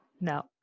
No